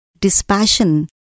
dispassion